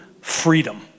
freedom